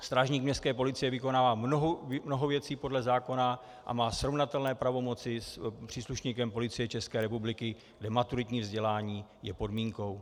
Strážník městské policie vykonává mnoho věcí podle zákona a má srovnatelné pravomoci s příslušníkem Policie České republiky, kde maturitní vzdělání je podmínkou.